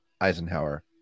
Eisenhower